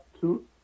two